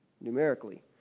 numerically